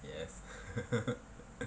yes